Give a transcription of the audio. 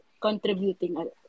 contributing